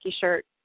shirt